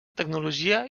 tecnologia